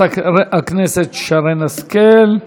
לחברת הכנסת שרן השכל.